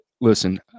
listen